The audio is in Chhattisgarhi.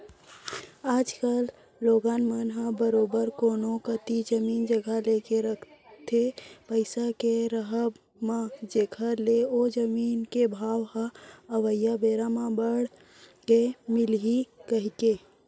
आज कल लोगन मन ह बरोबर कोनो कोती जमीन जघा लेके रखथे पइसा के राहब म जेखर ले ओ जमीन के भाव ह अवइया बेरा म बड़ के मिलही कहिके